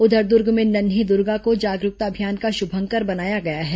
उधर दुर्ग में नन्ही दुर्गा को जागरूकता अभियान का शुभंकर बनाया गया है